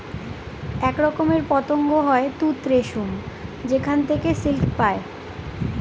এক রকমের পতঙ্গ হয় তুত রেশম যেখানে থেকে সিল্ক পায়